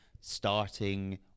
starting